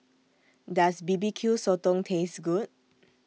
Does B B Q Sotong Taste Good